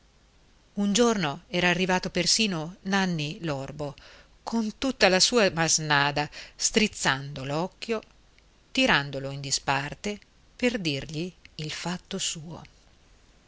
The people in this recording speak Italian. un giorno era arrivato persino nanni l'orbo con tutta la sua masnada strizzando l'occhio tirandolo in disparte per dirgli il fatto suo